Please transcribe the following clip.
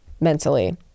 mentally